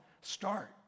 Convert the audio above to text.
start